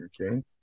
Okay